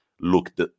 looked